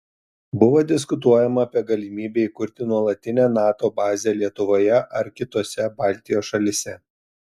buvo diskutuojama apie galimybę įkurti nuolatinę nato bazę lietuvoje ar kitose baltijos šalyse